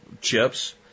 chips